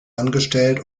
angestellt